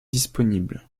disponible